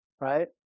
right